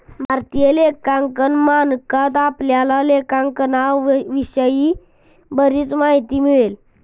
भारतीय लेखांकन मानकात आपल्याला लेखांकनाविषयी बरीच माहिती मिळेल